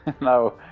No